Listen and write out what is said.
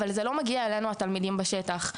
אבל זה לא מגיע אלינו התלמידים בשטח.